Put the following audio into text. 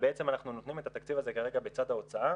בעצם אנחנו נותנים את התקציב הזה כרגע בצד ההוצאה